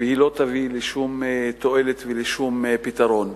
והיא לא תביא לשום תועלת ולשום פתרון.